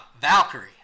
Valkyrie